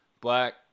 black